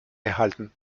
erhalten